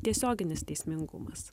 tiesioginis teismingumas